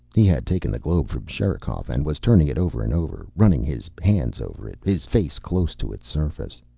he had taken the globe from sherikov and was turning it over and over, running his hands over it, his face close to its surface.